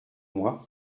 moi